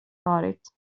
varit